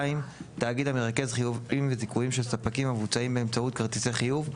תאגיד המרכז חיובים וזיכויים של ספקים המבוצעים באמצעות כרטיסי חיוב,